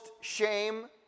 shame